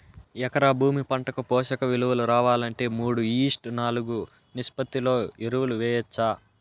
ఎకరా భూమి పంటకు పోషక విలువలు రావాలంటే మూడు ఈష్ట్ నాలుగు నిష్పత్తిలో ఎరువులు వేయచ్చా?